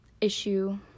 issue